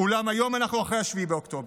אולם היום אנחנו אחרי 7 באוקטובר,